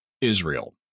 Israel